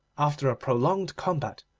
after a prolonged combat,